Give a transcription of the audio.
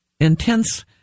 Intense